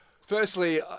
firstly